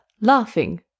laughing